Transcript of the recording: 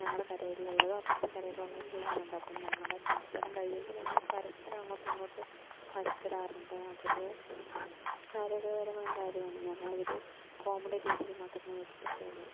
ഞങ്ങളെ കരയിൽ ഉള്ളതും അപ്പുറത്തെ കരയിൽ ഉള്ളതും പിള്ളേരുണ്ട് അപ്പം ഞങ്ങളുടെ മത്സരം കഴിയുമ്പം ഞങ്ങൾ പരസ്പരം അങ്ങോട്ടും ഇങ്ങോട്ടും വഴക്കിടാറുണ്ട് അതൊരു ആരോഗ്യപരമായ കാര്യമാണ് ഞങ്ങൾ അതൊരു കോമഡി രീതിയിൽ മാത്രമേ എടുത്തിട്ടുള്ളു